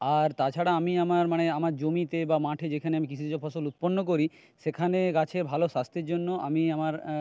আর তাছাড়া আমি আমার মানে আমার জমিতে বা মাঠে যেখানে আমি কৃষিজ ফসল উৎপন্ন করি সেখানে গাছের ভালো স্বাস্থ্যের জন্য আমি আমার